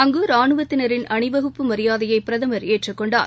அங்குரானுவத்தினரின் அணிவகுப்பு மரியாதையைபிரதமர் ஏற்றுக்கொண்டார்